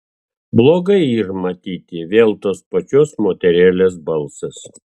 blogai yr matyti vėl tos pačios moterėlės balsas